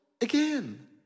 again